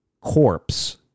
corpse